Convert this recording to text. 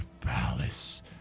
palace